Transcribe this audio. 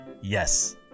Yes